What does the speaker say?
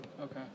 Okay